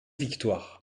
victoires